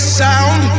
sound